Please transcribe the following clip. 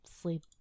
sleep